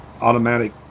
automatic